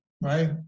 right